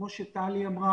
כמו שטלי אמרה,